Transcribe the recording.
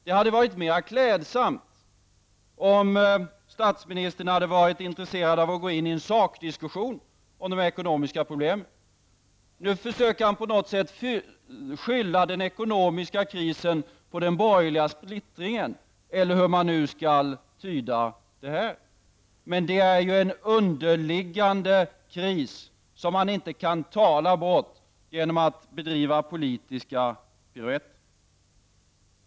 Det hade varit mera klädsamt om statsministern hade varit intresserad av att gå in i en sakdiskussion om de ekonomiska problemen. Nu försöker han på något sätt att skylla den ekonomiska krisen på den borgerliga splittringen, eller hur man nu skall tyda det. Men här finns en underliggande kris, som man inte kan tala sig bort ifrån genom politiska piruetter.